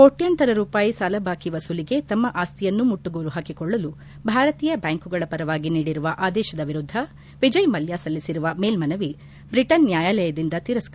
ಕೋಟ್ಲಾಂತರ ರೂಪಾಯಿ ಸಾಲಬಾಕಿ ವಸೂಲಿಗೆ ತಮ್ಮ ಆಸ್ತಿಯನ್ನು ಮುಟ್ಲುಗೋಲು ಹಾಕಿಕೊಳ್ಳಲು ಭಾರತೀಯ ಬ್ಹಾಂಕುಗಳ ಪರವಾಗಿ ನೀಡಿರುವ ಆದೇಶದ ವಿರುದ್ಧ ವಿಜಯ್ ಮಲ್ಹಾ ಸಲ್ಲಿಸಿರುವ ಮೇಲ್ನನವಿ ಬ್ಲಿಟನ್ ನ್ಯಾಯಾಲದಿಂದ ತಿರಸ್ಕತ